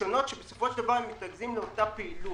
שונות שמתרכזות באותה פעילות.